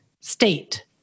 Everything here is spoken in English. state